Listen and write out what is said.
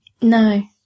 No